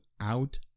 out